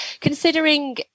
considering